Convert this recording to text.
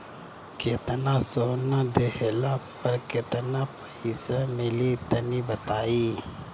केतना सोना देहला पर केतना पईसा मिली तनि बताई?